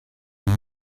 mind